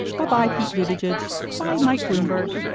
but by pete boobage, judge by mike bloomberg,